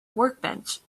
workbench